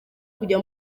kujya